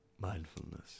Mindfulness